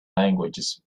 languages